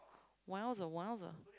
!wow! !wow!